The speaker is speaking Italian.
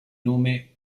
nome